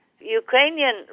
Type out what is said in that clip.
Ukrainian